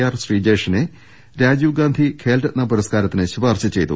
R ശ്രീജേഷിനെ Rajiv Gandhi Khel Ratna പുരസ്കാരത്തിന് ശുപാർശ ചെയ്തു